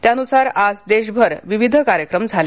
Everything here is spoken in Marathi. त्यानुसार आज देशभर विविध कार्यक्रम झाले